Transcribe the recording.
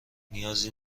نیازی